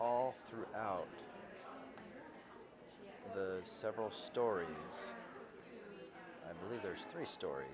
all throughout several story i believe there's three stor